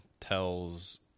tells